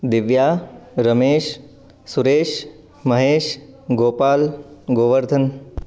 Divya Ramesh Suresh Mahesh Gopal Govardhan